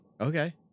Okay